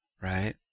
right